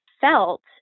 felt